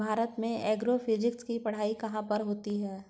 भारत में एग्रोफिजिक्स की पढ़ाई कहाँ पर होती है?